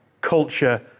culture